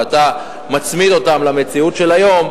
ואתה מצמיד אותן למציאות של היום,